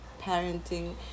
parenting